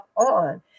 on